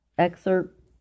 excerpt